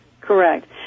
Correct